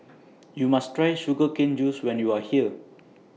YOU must Try Sugar Cane Juice when YOU Are here